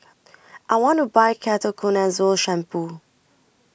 I want to Buy Ketoconazole Shampoo